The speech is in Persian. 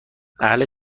اهل